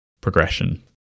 progression